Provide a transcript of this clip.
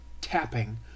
tapping